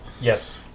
Yes